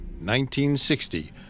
1960